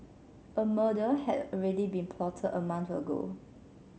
a murder had already been plotted a month ago